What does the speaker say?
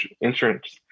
insurance